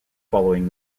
following